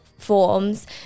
Forms